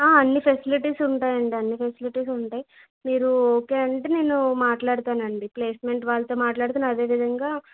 అన్నీ ఫెసిలిటీస్ ఉంటాయండి అన్నీ ఫెసిలిటీస్ ఉంటాయి మీరు ఓకే అంటే నేను మాట్లాడతానండి ప్లేస్మెంట్ వాళ్ళతో మాట్లాడతాను అదే విధంగా